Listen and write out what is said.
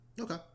Okay